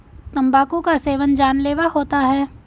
तंबाकू का सेवन जानलेवा होता है